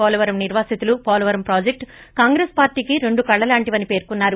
పోలవరం నిర్వాసితులు పోలవరం ప్రాజెక్లు కాంగ్రెస్ పార్టీకి రెండు కళ్ల లాంటివని పేర్కొన్నారు